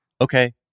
Okay